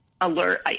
alert